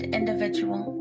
individual